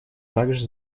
также